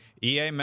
EA